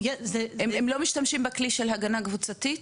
הן לא משתמשות בכלי של הגנה קבוצתית?